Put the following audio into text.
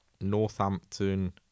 Northampton